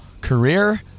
career